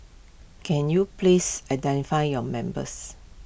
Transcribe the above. can you please identify your members